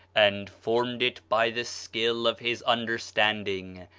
and formed it by the skill of his understanding,